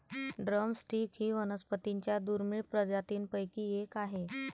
drum stick ही वनस्पतीं च्या दुर्मिळ प्रजातींपैकी एक आहे